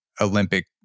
Olympic